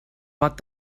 pot